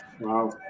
Wow